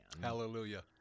hallelujah